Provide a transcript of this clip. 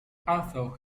although